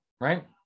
right